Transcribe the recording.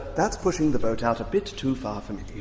that's pushing the boat out a bit too far for me.